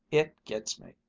it gets me!